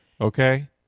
okay